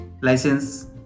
license